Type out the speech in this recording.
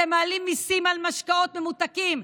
אתם מעלים מיסים על משקאות ממותקים,